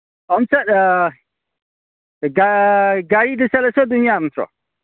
ꯑꯗꯨꯝ ꯒꯥꯔꯤꯗ ꯆꯠꯂꯁꯨ ꯑꯗꯨꯝ ꯌꯥ ꯅꯠꯇ꯭ꯔꯣ